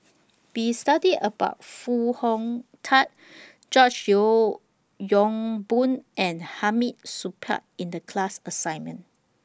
We studied about Foo Hong Tatt George Yeo Yong Boon and Hamid Supaat in The class assignment